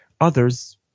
others